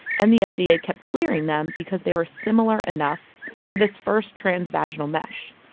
and the fda kept clearing them because they were similar enough to this first transvaginal mesh.